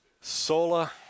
Sola